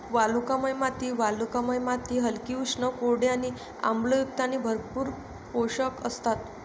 वालुकामय माती वालुकामय माती हलकी, उष्ण, कोरडी आणि आम्लयुक्त आणि भरपूर पोषक असतात